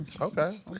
Okay